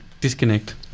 disconnect